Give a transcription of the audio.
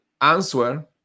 answer